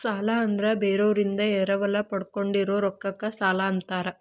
ಸಾಲ ಅಂದ್ರ ಬೇರೋರಿಂದ ಎರವಲ ಪಡ್ಕೊಂಡಿರೋ ರೊಕ್ಕಕ್ಕ ಸಾಲಾ ಅಂತಾರ